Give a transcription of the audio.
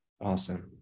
Awesome